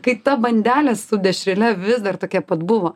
kai ta bandelė su dešrele vis dar tokia pat buvo